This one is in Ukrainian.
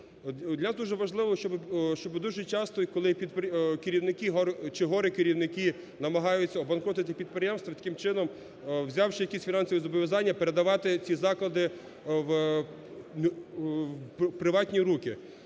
дуже важливо, щоби… дуже часто, коли керівники чи горе-керівники намагаються обанкротити підприємство, таким чином, взявши якісь фінансові зобов'язання, передавати ці заклади в приватні руки.